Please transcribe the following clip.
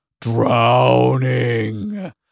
drowning